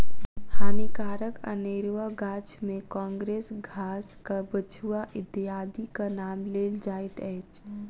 हानिकारक अनेरुआ गाछ मे काँग्रेस घास, कबछुआ इत्यादिक नाम लेल जाइत अछि